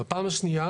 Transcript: בפעם השנייה